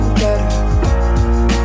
better